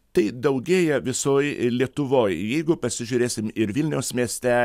tai daugėja visoj lietuvoj jeigu pasižiūrėsim ir vilniaus mieste